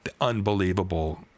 unbelievable